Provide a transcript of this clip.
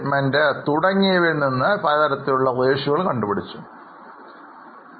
പിന്നീട് വരുമാന പ്രസ്താവനയിൽ നിന്ന് ലാഭം അല്ലെങ്കിൽ പ്രവർത്തനലാഭം Ratio പോലുള്ള ലാഭക്ഷമത അനുപാതം കണക്കാക്കി